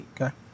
Okay